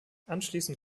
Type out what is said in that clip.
anschließend